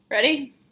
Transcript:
Ready